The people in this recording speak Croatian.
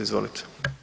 Izvolite.